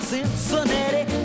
Cincinnati